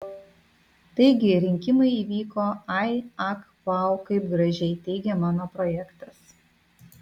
taigi ir rinkimai įvyko ai ak vau kaip gražiai teigia mano projektas